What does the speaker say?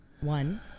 One